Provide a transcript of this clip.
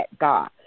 God